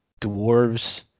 dwarves